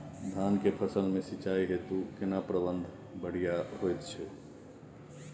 धान के फसल में सिंचाई हेतु केना प्रबंध बढ़िया होयत छै?